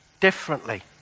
differently